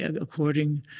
according